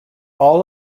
all